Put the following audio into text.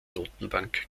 notenbank